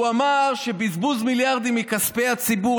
הוא אמר שבזבוז מיליארדים מכספי הציבור